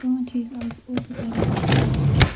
تِمَن چھِ أسۍ آز اُردو کَرُن ہیٚچھناوان گۄڈٕ